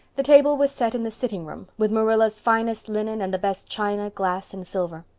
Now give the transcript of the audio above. the table was set in the sitting room, with marilla's finest linen and the best china, glass, and silver.